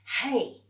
hey